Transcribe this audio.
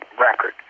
record